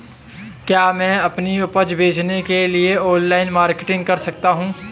क्या मैं अपनी उपज बेचने के लिए ऑनलाइन मार्केटिंग कर सकता हूँ?